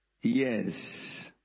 Yes